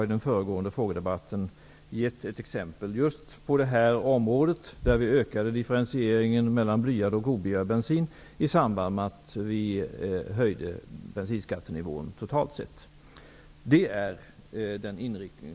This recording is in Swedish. I den föregående frågedebatten gav jag ett exempel just på detta område, där vi ökade differentieringen mellan blyad och oblyad bensin i samband med att vi höjde bensinskattenivån totalt sett. Det är vår inriktning.